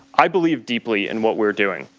i believe deeply in what we are doing,